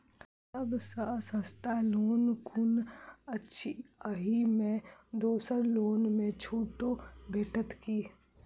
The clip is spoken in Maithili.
सब सँ सस्ता लोन कुन अछि अहि मे दोसर लोन सँ छुटो भेटत की?